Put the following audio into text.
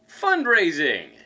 fundraising